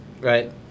right